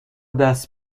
دست